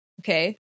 Okay